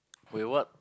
will what